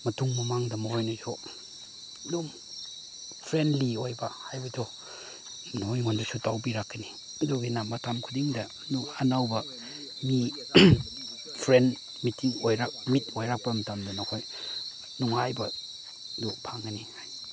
ꯃꯇꯨꯡ ꯃꯃꯥꯡꯗ ꯃꯣꯏꯅꯁꯨ ꯑꯗꯨꯝ ꯐ꯭ꯔꯦꯟꯂꯤ ꯑꯣꯏꯕ ꯍꯥꯏꯕꯗꯣ ꯃꯣꯏ ꯑꯩꯉꯣꯟꯗꯁꯨ ꯇꯧꯕꯤꯔꯛꯀꯅꯤ ꯑꯗꯨꯒꯤꯅ ꯃꯇꯝ ꯈꯨꯗꯤꯡꯗ ꯑꯅꯧ ꯑꯅꯧꯕ ꯃꯤ ꯐ꯭ꯔꯦꯟ ꯃꯤꯇꯤꯡ ꯃꯤꯠ ꯑꯣꯏꯔꯛꯄ ꯃꯇꯝꯗ ꯅꯈꯣꯏ ꯅꯨꯡꯉꯥꯏꯕꯗꯨ ꯐꯪꯒꯅꯤ